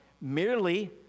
merely